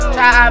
Try